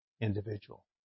individual